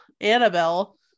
Annabelle